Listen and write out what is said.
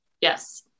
Yes